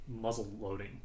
muzzle-loading